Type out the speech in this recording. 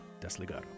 Desligado